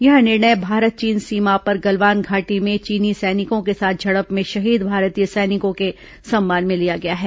यह निर्णय भारत चीन सीमा पर गलवान घाटी में चीनी सैनिकों के साथ झड़प में शहीद भारतीय सैनिकों के सम्मान में लिया गया है